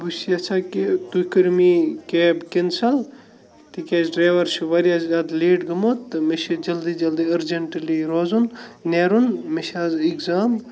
بہٕ چھُس یَژھان کہِ تُہۍ کٔرِو میٛٲنۍ یہِ کیب کٮ۪نسَل تِکیٛازِ ڈرٛایوَر چھِ واریاہ زیادٕ لیٹ گوٚمُت تہٕ مےٚ چھِ جلدی جلدی أرجَنٛٹٕلی روزُن نیرُن مےٚ چھِ آز اِگزام